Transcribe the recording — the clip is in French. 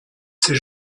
ses